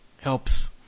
helps